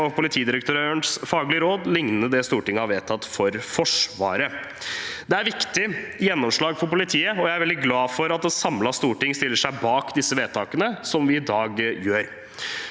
på politidirektørens faglige råd, lignende det Stortinget har vedtatt for Forsvaret. Det er et viktig gjennomslag for politiet, og jeg er veldig glad for at et samlet storting stiller seg bak de vedtakene som vi i dag gjør.